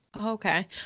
Okay